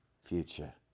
future